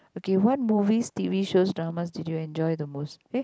okay what movie t_v shows dramas did you enjoy the most eh